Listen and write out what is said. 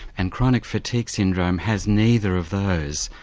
and chronic fatigue syndrome has neither of those.